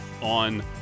on